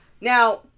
Now